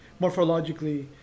morphologically